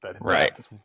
Right